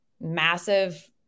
massive